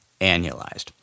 annualized